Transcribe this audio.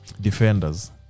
defenders